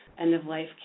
end-of-life